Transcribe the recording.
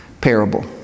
parable